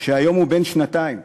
שהיום הוא בן שנתיים,